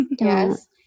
Yes